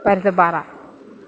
Parunthupara